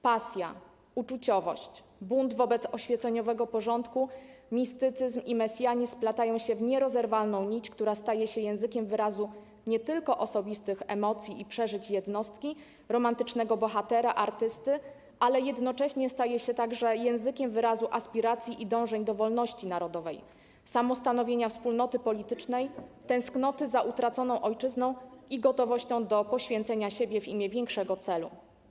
Pasja, uczuciowość, bunt wobec oświeceniowego porządku, mistycyzm i mesjanizm splatają się w nierozerwalną nić, która staje się językiem wyrazu nie tylko osobistych emocji i przeżyć jednostki, romantycznego bohatera, artysty, ale jednocześnie staje się także językiem wyrazu aspiracji i dążeń do wolności narodowej, samostanowienia wspólnoty politycznej, tęsknoty za utraconą ojczyzną i gotowością do poświęcenia siebie w imię większego celu.